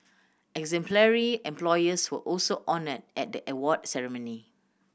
exemplary employers were also honoured at the award ceremony